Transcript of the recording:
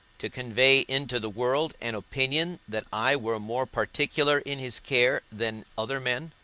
to convey into the world an opinion that i were more particular in his care than other men?